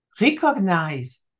recognize